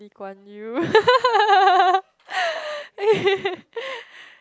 Lee Kuan Yew